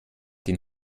den